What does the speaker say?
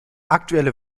aktuelle